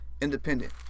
Independent